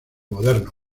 moderno